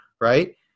Right